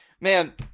Man